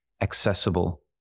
accessible